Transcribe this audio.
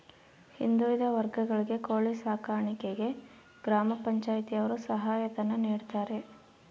ಹಿಂದುಳಿದ ವರ್ಗಗಳಿಗೆ ಕೋಳಿ ಸಾಕಾಣಿಕೆಗೆ ಗ್ರಾಮ ಪಂಚಾಯ್ತಿ ಯವರು ಸಹಾಯ ಧನ ನೀಡ್ತಾರೆ